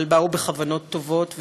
אבל באו בכוונות טובות,